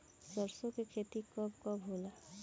सरसों के खेती कब कब होला?